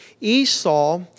Esau